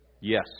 yes